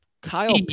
Kyle